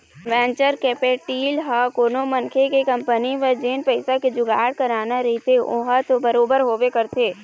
venture capital ह कोनो मनखे के कंपनी बर जेन पइसा के जुगाड़ कराना रहिथे ओहा तो बरोबर होबे करथे